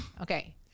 Okay